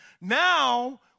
Now